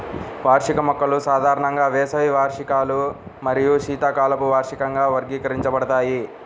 వార్షిక మొక్కలు సాధారణంగా వేసవి వార్షికాలు మరియు శీతాకాలపు వార్షికంగా వర్గీకరించబడతాయి